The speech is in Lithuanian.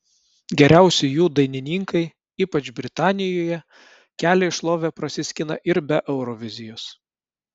geriausi jų dainininkai ypač britanijoje kelią į šlovę prasiskina ir be eurovizijos